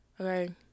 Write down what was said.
Okay